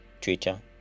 Twitter